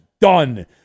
done